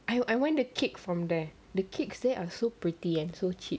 I want to kit from there the kits that are so pretty and so cheap